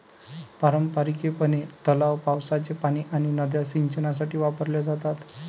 पारंपारिकपणे, तलाव, पावसाचे पाणी आणि नद्या सिंचनासाठी वापरल्या जातात